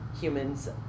humans